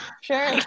sure